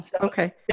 Okay